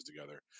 together